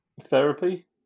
Therapy